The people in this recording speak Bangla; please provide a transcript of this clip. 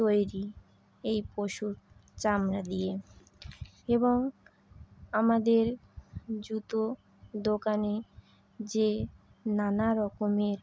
তৈরি এই পশুর চামড়া দিয়ে এবং আমাদের জুতো দোকানে যে নানা রকমের